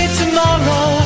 tomorrow